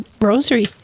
rosary